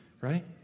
right